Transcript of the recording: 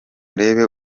urebe